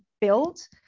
built